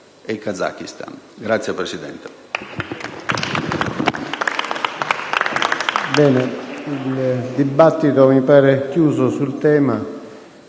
e il Kazakistan.